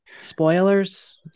Spoilers